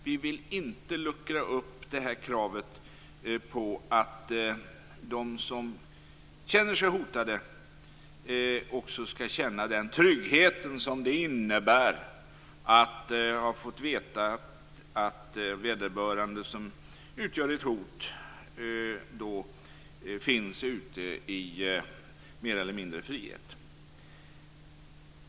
Vi vill inte luckra upp kravet på att de som känner sig hotade också skall känna den trygghet det innebär att ha fått veta att vederbörande som utgör ett hot finns ute i mer eller mindre frihet.